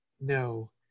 no